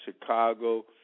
Chicago